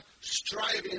striving